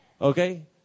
Okay